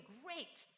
great